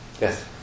yes